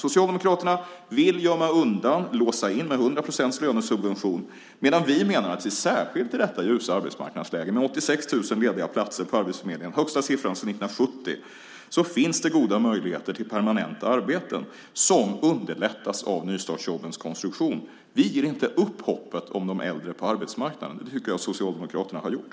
Socialdemokraterna vill gömma undan och låsa in med 100 procents lönesubvention, medan vi menar att särskilt i detta ljusa arbetsmarknadsläge, med 86 000 lediga platser på arbetsförmedlingen - den högsta siffran sedan 1970 - finns det goda möjligheter till permanenta arbeten, som underlättas av nystartsjobbens konstruktion. Vi ger inte upp hoppet om de äldre på arbetsmarknaden. Det tycker jag att Socialdemokraterna har gjort.